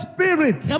Spirit